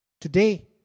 Today